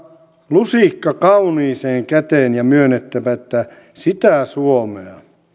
lusikka kauniiseen käteen ja myönnettävä että sitä suomea